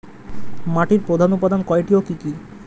মাটির প্রধান উপাদান কয়টি ও কি কি?